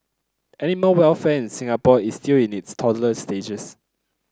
animal welfare in Singapore is still in its toddler stages